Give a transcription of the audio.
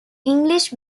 english